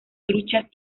truchas